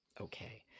Okay